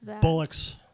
Bullocks